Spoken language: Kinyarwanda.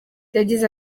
yagize